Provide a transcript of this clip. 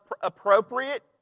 appropriate